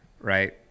right